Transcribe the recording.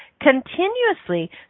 continuously